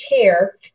care